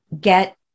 get